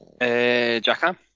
Jackham